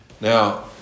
Now